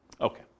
Okay